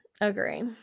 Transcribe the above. Agree